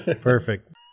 Perfect